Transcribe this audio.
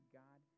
god